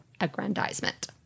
aggrandizement